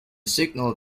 signal